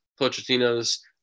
Pochettino's